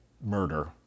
murder